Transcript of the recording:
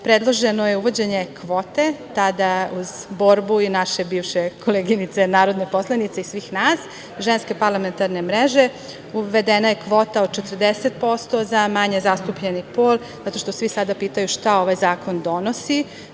predloženo je uvođenje kvote, tada uz borbu i naše bivše koleginice narodne poslanice i svih nas, Ženske parlamentarne mreže, uvedena je kvota od 40% za manje zastupljeni pol. Zato što svi sada pitaju šta ovaj zakon donosi,